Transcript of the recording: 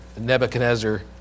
Nebuchadnezzar